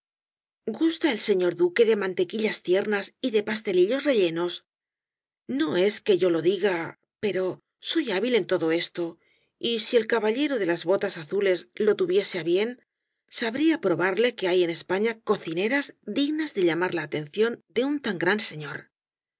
gusta el señor duque de mantequillas tiernas y de pastelillos rellenos no es que yo lo diga pero soy hábil en todo esto y si el caballero de las botas azules lo tuviese á bien sabría probarle que hay en españa cocineras dignas de llamar la atención de un tan grande señor